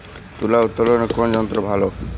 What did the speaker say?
তুলা উত্তোলনে কোন যন্ত্র ভালো?